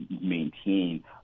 maintain